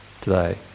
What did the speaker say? today